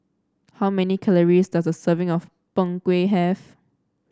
how many calories does a serving of Png Kueh have